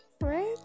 right